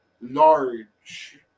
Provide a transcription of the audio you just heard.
large